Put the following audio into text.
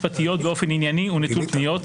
ויכולת קבלת החלטות משפטיות באופן ענייני ונטול פניות,